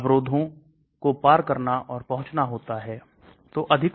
मेरे पास अच्छी गतिविधि हो सकती है लेकिन गुण खराब है